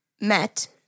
Met